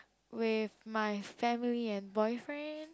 with my family and boyfriend